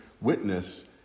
witness